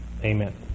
Amen